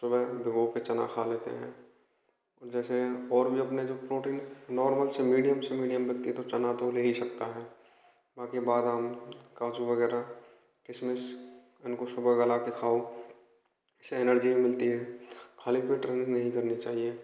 सुबह भिगो के चना खा लेते हैं जैसे और भी अपने जो प्रोटीन नॉर्मल से मीडियम से मीडियम व्यक्ति तो चना तो ले ही सकता है बाकि बादाम काजू वगैरह किसमिस इनको सुबह गला के खाओ इससे एनर्जी मिलती है खाली पेट रन नहीं करना चाहिए